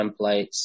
templates